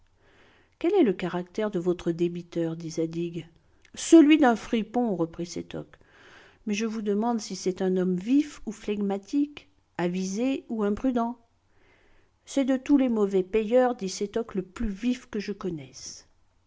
quel est le caractère de votre débiteur dit zadig celui d'un fripon reprit sétoc mais je vous demande si c'est un homme vif ou flegmatique avisé ou imprudent c'est de tous les mauvais payeurs dit sétoc le plus vif que je connaisse